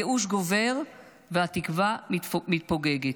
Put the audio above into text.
הייאוש גובר והתקווה מתפוגגת.